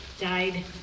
died